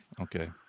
okay